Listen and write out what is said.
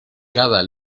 cada